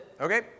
okay